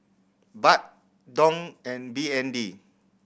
Baht Dong and B N D